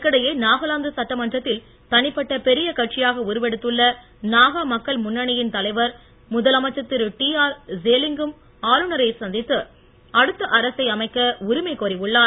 இதற்கிடையே நாகாலாந்து சட்டமன்றத்தில் தனிப்பட்ட பெரிய கட்சியாக உருவெடுத்துள்ள நாகா மக்கள் முன்னணியின் தலைவர் முதலமைச்சர் இரு டிஆர் ஜெலியாங் கும் ஆளுநரை சந்தித்து அடுத்த அரசை அமைக்க உரிமை கோரி உள்ளார்